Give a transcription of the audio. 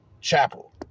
Chapel